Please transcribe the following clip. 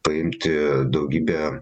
paimti daugybę